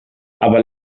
aber